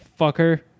fucker